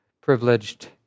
privileged